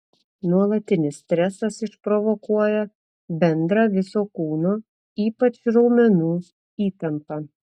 nuolatinis stresas išprovokuoja bendrą viso kūno ypač raumenų įtampą